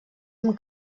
amb